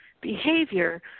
behavior